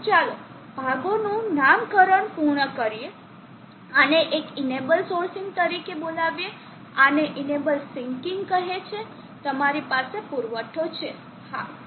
તેથી ચાલો ભાગોનું નામકરણ પૂર્ણ કરીએ આને એક ઇનેબલ સોર્સિંગ તરીકે બોલાવીએ આને ઇનેબલ સીન્કિંગ કહે છે તમારી પાસે પુરવઠો છે હા